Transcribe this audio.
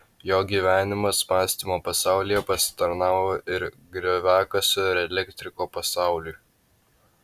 jo gyvenimas mąstymo pasaulyje pasitarnavo ir grioviakasio ir elektriko pasauliui